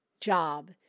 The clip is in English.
job